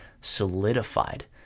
solidified